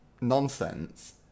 nonsense